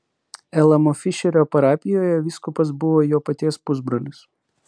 elamo fišerio parapijoje vyskupas buvo jo paties pusbrolis